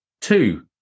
two